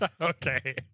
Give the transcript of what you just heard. Okay